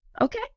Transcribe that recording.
Okay